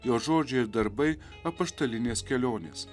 jo žodžiai ir darbai apaštalinės kelionės